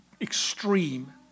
extreme